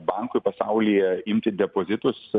bankui pasaulyje imti depozitus